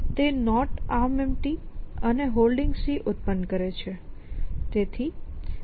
તે ArmEmpty અને Holding ઉત્પન્ન કરે છે